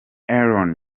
aaron